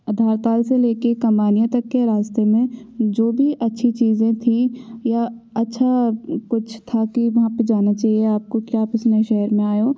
आधारताल से लेके कमानिया तक के रास्ते में जो भी अच्छी चीज़ें थीं या अच्छा कुछ था कि जहाँ पर जाना चाहिए आपको क्या पसंद इस शहर में आए हो